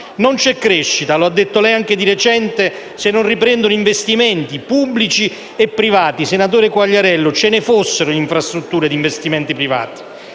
Non c'è crescita - lo ha detto anche lei di recente - se non riprendono investimenti pubblici e privati (senatore Quagliariello, ce ne fossero di infrastrutture e di investimenti privati);